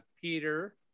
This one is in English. Peter